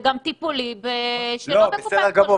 זה גם טיפולי לא בקופת חולים.